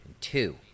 two